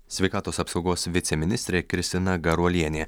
sveikatos apsaugos viceministrė kristina garuolienė